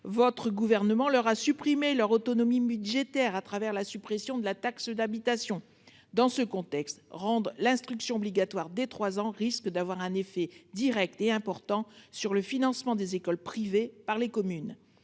Le Gouvernement a supprimé leur autonomie budgétaire en faisant disparaître la taxe d'habitation. Dans ce contexte, rendre l'instruction obligatoire dès 3 ans risque d'avoir un effet direct et important sur le financement des écoles privées par les communes.